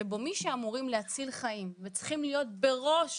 שבו מי שאמורים להציל חיים וצריכים להיות בראש